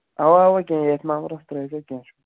اَوا اَوا یٚتھۍ نمبرَس ترٲوۍزیٚو کیٚنٛہہ چھُ نہٕ